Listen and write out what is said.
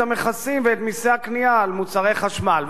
המכסים ואת מסי הקנייה על מוצרי חשמל.